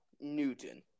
Newton